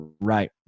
right